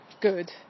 good